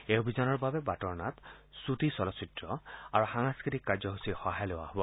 এই অভিযানৰ বাবে বাটৰ নাট ছুটি চলচ্চিত্ৰ আৰু সাংস্কৃতিক কাৰ্যসূচীৰ সহায় লোৱা হ'ব